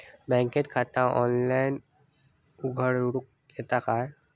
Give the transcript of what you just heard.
बँकेत खाता ऑनलाइन उघडूक येता काय?